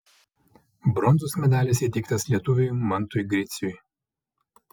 bronzos medalis įteiktas lietuviui mantui griciui